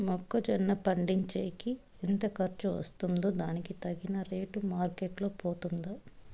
మొక్క జొన్న పండించేకి ఎంత ఖర్చు వస్తుందో దానికి తగిన రేటు మార్కెట్ లో పోతుందా?